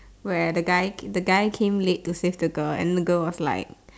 where the guy the guy came late to save the girl and then the girl was like